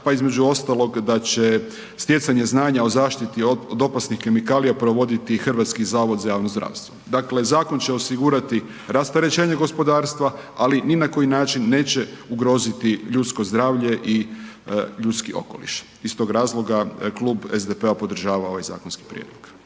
pa između ostalog da će stjecanje znanja o zaštiti od opasnih kemikalija provoditi HZJZ. Dakle, zakon će osigurati rasterećenje gospodarstva, ali ni na koji način neće ugroziti ljudsko zdravlje i ljudski okoliš. Iz tog razloga Klub SDP-a podržava ovaj zakonski prijedlog.